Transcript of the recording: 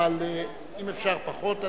אבל אם אפשר פחות,